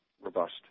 robust